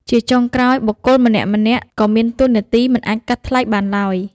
ចុងក្រោយ បុគ្គលម្នាក់ៗក៏មានតួនាទីមិនអាចកាត់ថ្លៃបានឡើយ។